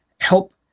help